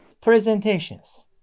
presentations